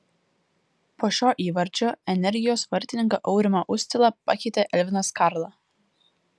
po šio įvarčio energijos vartininką aurimą uscilą pakeitė elvinas karla